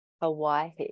hawaii